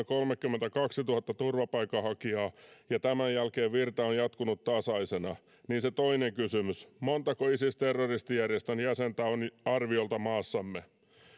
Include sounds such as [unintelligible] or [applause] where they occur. [unintelligible] kolmekymmentäkaksituhatta turvapaikanhakijaa ja tämän jälkeen virta on jatkunut tasaisena niin se toinen kysymys montako isis terroristijärjestön jäsentä on arviolta maassamme